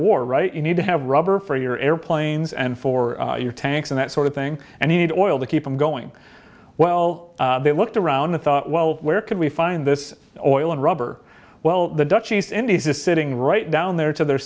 war right you need to have rubber for your airplanes and for your tanks and that sort of thing and you need oil to keep them going well they looked around and thought well where can we find this oil and rubber well the dutch east indies is sitting right down there to their